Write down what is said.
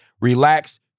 Relax